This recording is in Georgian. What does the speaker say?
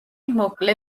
მოკლე